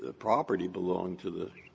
ah property belonged to the